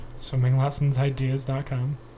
swimminglessonsideas.com